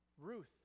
Ruth